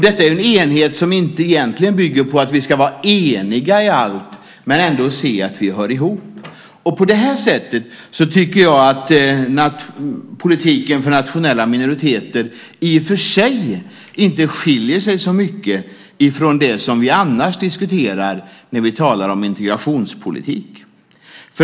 Detta är en enhet som egentligen inte bygger på att vi ska vara eniga i allt men ändå se att vi hör ihop. På det här sättet tycker jag att politiken för nationella minoriteter i och för sig inte skiljer sig så mycket ifrån det som vi annars diskuterar när vi talar om integrationspolitik.